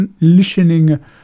listening